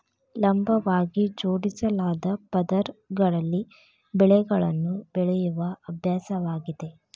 ಲಂಬವಾಗಿ ಜೋಡಿಸಲಾದ ಪದರಗಳಲ್ಲಿ ಬೆಳೆಗಳನ್ನು ಬೆಳೆಯುವ ಅಭ್ಯಾಸವಾಗಿದೆ